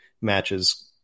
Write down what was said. matches